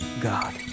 God